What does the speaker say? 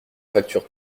facture